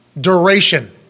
duration